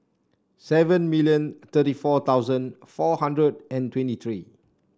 seven million thirty four thousand four hundred and twenty three